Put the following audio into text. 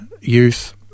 youth